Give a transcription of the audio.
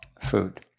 food